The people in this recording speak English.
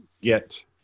get